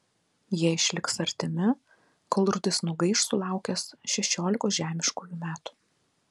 jie išliks artimi kol rudis nugaiš sulaukęs šešiolikos žemiškųjų metų